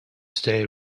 stay